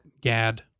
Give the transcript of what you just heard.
gad